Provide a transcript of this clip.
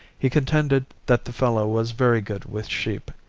he contended that the fellow was very good with sheep,